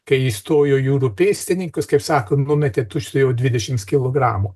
kai įstojo jūrų pėstininkus kaip sakant numetė tučtuojau dvidešims kilogramų